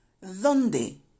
dónde